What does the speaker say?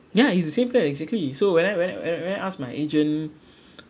ya it's the same plan exactly so when I when I when when I asked my agent cum